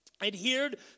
adhered